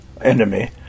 enemy